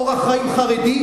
אורח חיים חרדי,